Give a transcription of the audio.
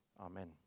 Amen